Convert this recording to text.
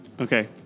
Okay